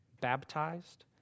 baptized